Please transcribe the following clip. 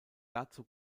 dazu